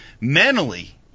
mentally